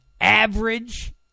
average